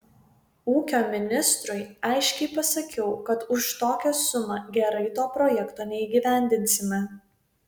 ūkio ministrui aiškiai pasakiau kad už tokią sumą gerai to projekto neįgyvendinsime